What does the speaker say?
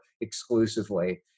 exclusively